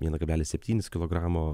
vieną kablelis septynis kilogramo